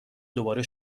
دوباره